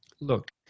look